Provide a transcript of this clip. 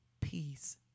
peace